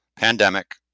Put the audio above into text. Pandemic